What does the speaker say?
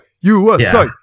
USA